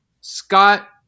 Scott